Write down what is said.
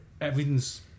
everything's